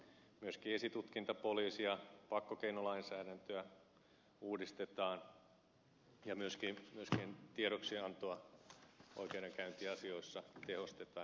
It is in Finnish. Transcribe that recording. myöskin esitutkinta poliisi ja pakkokeinolainsäädäntöä uudistetaan ja myöskin tiedoksiantoa oikeudenkäyntiasioissa tehostetaan entisestään